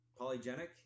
polygenic